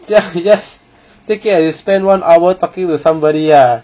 这样 you just take it as you spend one hour talking to somebody ah